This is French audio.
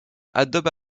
adobe